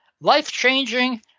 life-changing